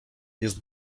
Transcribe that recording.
jest